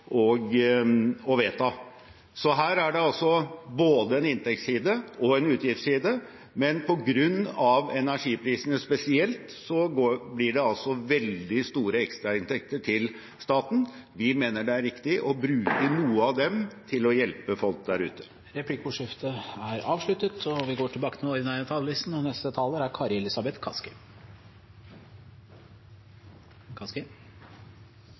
å vedta. Her er det altså både en inntektsside og en utgiftsside, men på grunn av spesielt energiprisene, blir det veldig store ekstrainntekter til staten. Vi mener det er riktig å bruke noen av dem til å hjelpe folk der ute. Replikkordskiftet er avsluttet. I går var jeg og besøkte organisasjonen Caritas og møtte tre unge som hadde kommet til